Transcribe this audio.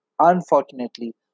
Unfortunately